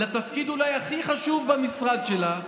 לתפקיד הכי חשוב אולי במשרד שלה,